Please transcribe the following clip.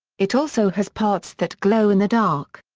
it also has parts that glow in the dark.